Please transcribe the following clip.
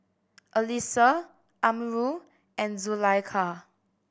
Alyssa Amirul and Zulaikha